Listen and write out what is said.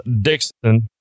Dixon